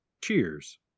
Cheers